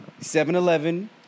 7-Eleven